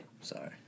Sorry